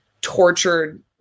tortured